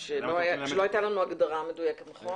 כשלא הייתה לנו הגדרה מדויקת, נכון?